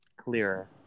clearer